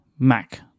Mac